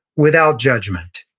without judgment.